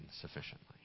sufficiently